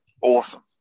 awesome